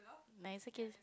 but it's okay